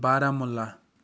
Baramulla